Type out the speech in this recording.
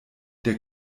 der